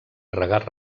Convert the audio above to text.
regar